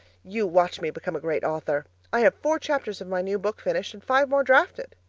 you watch me become a great author! i have four chapters of my new book finished and five more drafted.